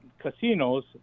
casinos